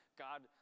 God